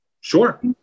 sure